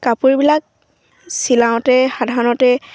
কাপোৰবিলাক চিলাওঁতে সাধাৰণতে